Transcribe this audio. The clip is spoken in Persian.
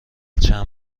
چند